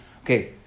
okay